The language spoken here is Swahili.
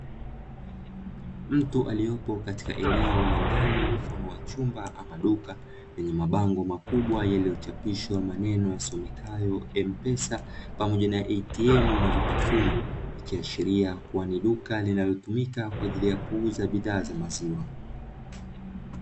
Mtu aliyopo katika eneo la ndani mfano wa chumba ama duka lenye mabango makubwa yaliyochapishwa maneno yasomekayo "M-pesa" pamoja na "ATM" na "vitafunwa". Ikiashiria kuwa ni duka linalotumika kwa ajili ya kuuza bidhaa za maziwa.